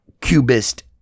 cubist